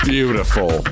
beautiful